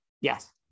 Yes